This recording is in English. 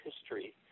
history